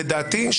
לדעתי,